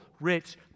rich